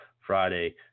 friday